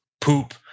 poop